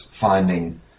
finding